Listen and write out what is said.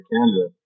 Canada